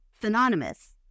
synonymous